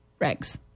regs